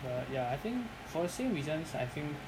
err ya I think for the same reasons I think